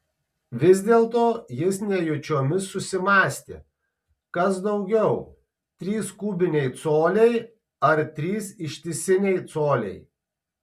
vis dėlto jis nejučiomis susimąstė kas daugiau trys kubiniai coliai ar trys ištisiniai coliai